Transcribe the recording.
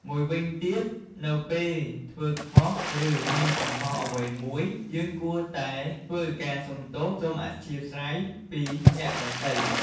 មួយវិញទៀតនៅពេលធ្វើខុស ឬ មានកំហុសអ្វីមួយ យើងគួរតែធ្វើការសុំទោស សុំំអធ្យាស្រ័យពីអ្នកដទៃ។